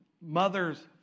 Mothers